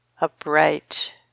upright